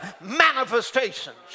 manifestations